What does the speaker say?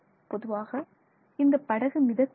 பொதுவாக இந்தப் படகு மிதக்கிறது